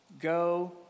Go